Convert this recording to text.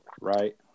right